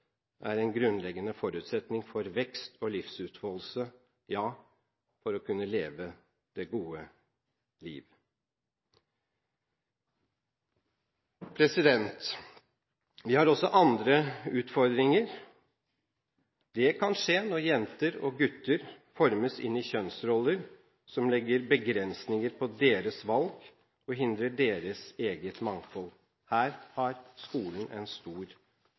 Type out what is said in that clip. er en grunnleggende forutsetning for vekst og livsutfoldelse og for å kunne leve det gode liv. Vi har også andre utfordringer. Det kan skje når jenter og gutter formes inn i kjønnsroller som legger begrensninger på deres valg og som hindrer deres eget mangfold. Her har skolen en stor